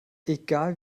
egal